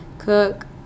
cook